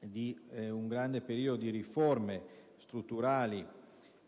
di un grande periodo di riforme strutturali,